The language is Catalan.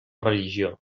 religió